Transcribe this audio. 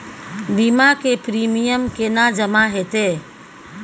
बीमा के प्रीमियम केना जमा हेते?